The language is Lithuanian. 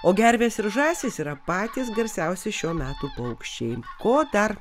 o gervės ir žąsys yra patys garsiausi šio meto paukščiai ko dar